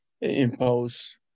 impose